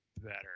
better